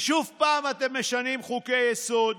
ושוב אתם משנים חוקי-יסוד